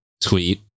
tweet